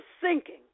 sinking